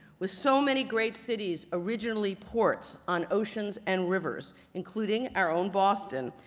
with so many great cities originally ports on oceans and rivers including our own boston,